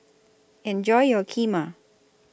Enjoy your Kheema